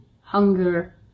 hunger